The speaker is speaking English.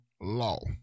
law